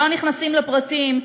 לא נכנסים לפרטים,